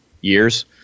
years